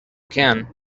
can